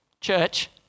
Church